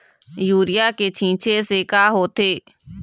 Urea के छींचे से का होथे?